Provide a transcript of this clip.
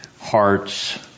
heart's